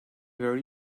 very